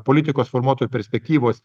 politikos formuotojų perspektyvos